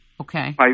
Okay